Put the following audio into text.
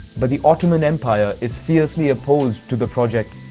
but the ottoman empire is fiercely opposed to the project.